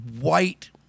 white